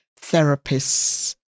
therapists